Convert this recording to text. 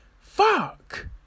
Fuck